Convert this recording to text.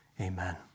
Amen